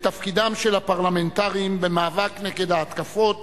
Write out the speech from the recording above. בתפקידם של הפרלמנטרים במאבק נגד ההתקפות